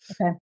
Okay